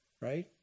Right